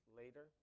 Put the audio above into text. later